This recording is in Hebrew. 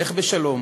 לך בשלום